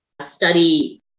study